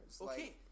Okay